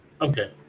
Okay